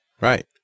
Right